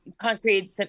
concrete